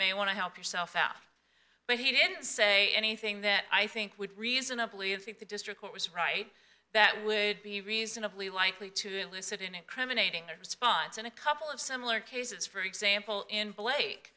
may want to help yourself out but he didn't say anything that i think would reasonably of the district what was right that would be reasonably likely to elicit an incriminating response in a couple of similar cases for example in blake